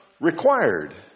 required